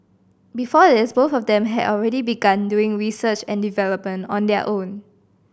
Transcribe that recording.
before this both of them had already begun doing research and development on their own